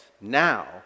now